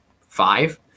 five